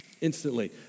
instantly